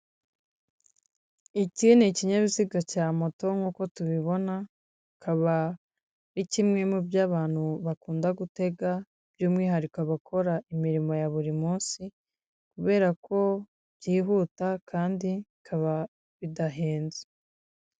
Iki ni ikinyabiziga cya moto nkuko tubibona akaba ari kimwe mu byo abantu bakunda gutega by'umwihariko abakora imirimo ya buri munsi kubera ko byihuta kandi bikaba bidahenze.